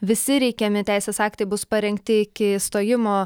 visi reikiami teisės aktai bus parengti iki išstojimo